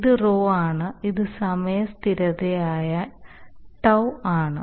ഇത് Rho ആണ് ഇത് സമയ സ്ഥിരതയാണ് tau ആണ്